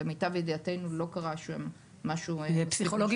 למיטב ידיעתנו לא קרה שם משהו --- פסיכולוגים